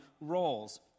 roles